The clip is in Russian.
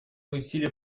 усилия